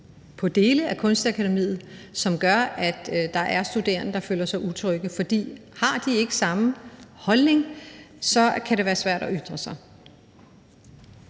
dele af Kunstakademiet, som gør, at der er studerende, der føler sig utrygge. For har de ikke den samme holdning, kan det være svært at ytre sig.